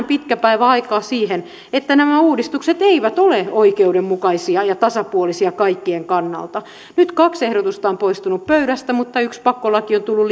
pitkän päivän aikaa siihen että nämä uudistukset eivät ole oikeudenmukaisia ja tasapuolisia kaikkien kannalta nyt kaksi ehdotusta on poistunut pöydästä mutta yksi pakkolaki on tullut